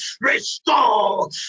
restore